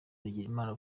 bigirimana